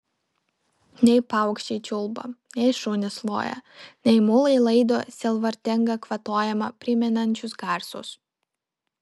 nei paukščiai čiulba nei šunys loja nei mulai laido sielvartingą kvatojimą primenančius garsus